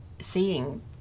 seeing